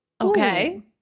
okay